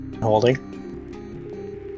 holding